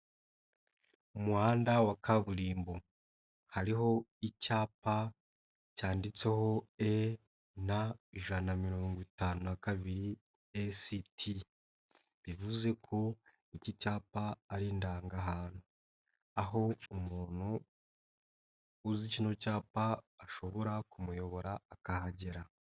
Umuhanda wa kaburimbo hariho icyapa cyanditseho e na ijana na mirongo itanu na kabiri esi ti bivuze ko iki cyapa ari indangahantu. Aho umuntu uzi kino cyapa ashobora kumuyobora akahagera.